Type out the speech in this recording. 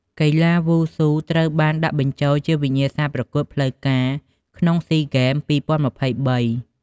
កីឡាវ៉ូស៊ូត្រូវបានដាក់បញ្ចូលជាវិញ្ញាសាប្រកួតផ្លូវការក្នុងស៊ីហ្គេម ២០២៣។